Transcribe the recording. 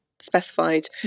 specified